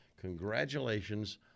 congratulations